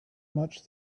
much